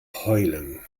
heulen